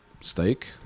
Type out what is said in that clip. steak